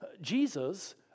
Jesus